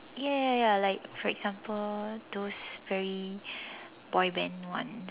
ya ya ya like for example those very boy band one